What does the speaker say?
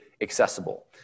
accessible